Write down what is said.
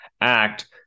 act